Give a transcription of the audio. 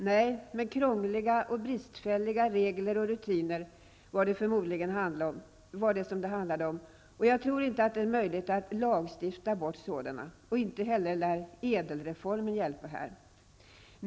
Nej, krångliga och bristfälliga regler och rutiner var förmodligen orsaken, och jag tror inte det är möjligt att lagstifta bort sådana. Inte lär ÄDEL-reformen hjälpa.